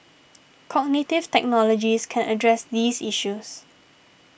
cognitive technologies can address these issues